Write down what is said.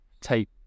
take